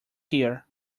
here